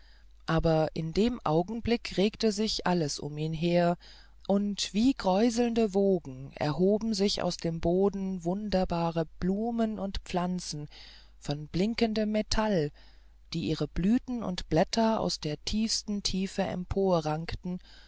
aber in dem augenblick regte sich alles um ihn her und wie kräuselnde wogen erhoben sich aus dem boden wunderbare blumen und pflanzen von blinkendem metall die ihre blüten und blätter aus der tiefsten tiefe